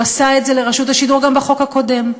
הוא עשה את זה לרשות השידור גם בחוק הקודם.